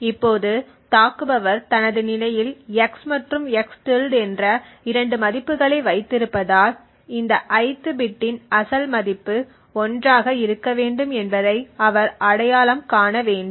இப்போது தாக்குபவர் தனது நிலையில் x மற்றும் x என்ற இரண்டு மதிப்புகளை வைத்திருப்பதால் இந்த ith பிட்டின் அசல் மதிப்பு 1 ஆக இருக்க வேண்டும் என்பதை அவர் அடையாளம் காண வேண்டும்